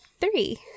Three